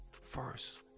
first